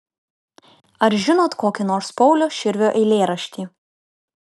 ar žinot kokį nors pauliaus širvio eilėraštį